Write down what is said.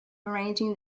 arranging